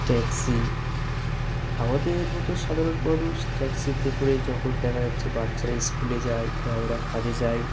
taxi আমাদের মতো সাধারণ মানুষ ট্যাক্সিতে করে যখন দেখা যাচ্ছে বাচ্চারা স্কুলে যায় বা ওরা কাজে যায়